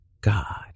God